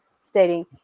stating